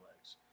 legs